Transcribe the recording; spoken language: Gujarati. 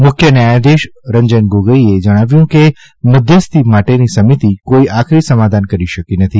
મુખ્ય ન્યાયાધીશશ્રી રંજન ગોગોઇએ જણાવ્યું કે મધ્યસ્થી માટેની સમિતિ કોઇ આખરી સમાધાન કરી શકી નથી